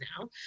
now